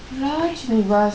raj nivas